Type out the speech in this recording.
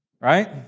right